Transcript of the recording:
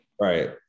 right